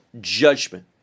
judgment